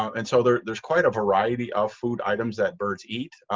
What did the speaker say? and so there there is quite a variety of food items that birds eat.